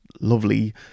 lovely